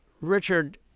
Richard